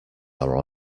are